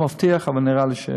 אני לא מבטיח, אבל נראה לי שתהיה.